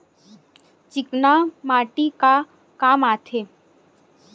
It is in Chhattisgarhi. चिकना माटी ह का काम आथे?